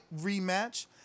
rematch